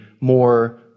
more